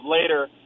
later